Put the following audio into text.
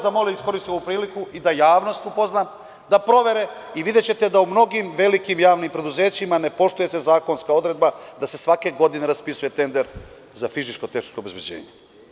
Zamolio bih,i iskoristio bih ovu priliku i da javnost upoznam, da provere i videćete da u mnogim velikim javnim preduzećima se ne poštuje zakonska odredba da se svake godine raspisuje tender za fizičko tehničko obezbeđenje.